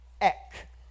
Eck